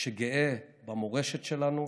הגאה במורשת שלנו,